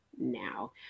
now